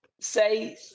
Say